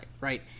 right